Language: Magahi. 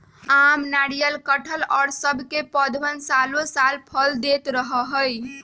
आम, नारियल, कटहल और सब के पौधवन सालो साल फल देते रहा हई